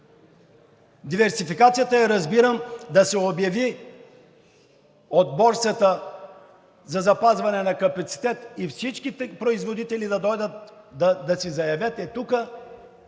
Диверсификацията я разбирам: да се обяви от борсата за запазване на капацитета и всичките производители да дойдат да си заявят – от